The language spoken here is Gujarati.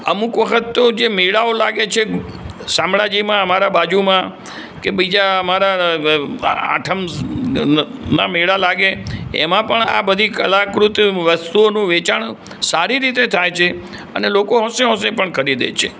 અમુક વખત તો જે મેળાઓ લાગે છે શામળાજીમાં અમારા બાજુમાં કે બીજા અમારા આઠમ સ ના મેળા લાગે એમાં પણ આ બધી કલાકૃત વસ્તુઓનું વેચાણ સારી રીતે થાય છે અને લોકો હોંશે હોંશે પણ ખરીદે છે